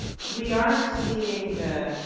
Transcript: we aren't seeing the